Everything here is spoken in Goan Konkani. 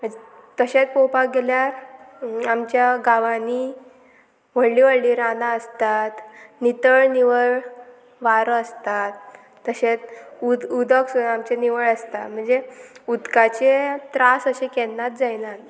तशेंच पोवपाक गेल्यार आमच्या गांवांनी व्हडलीं व्हडलीं रानां आसतात नितळ निवळ वारो आसतात तशेंच उद उदक सुद्दां आमचें निवळ आसता म्हणजे उदकाचे त्रास अशें केन्नाच जायना